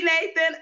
Nathan